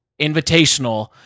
invitational